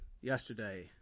yesterday